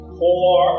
four